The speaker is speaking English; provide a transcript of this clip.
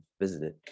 visited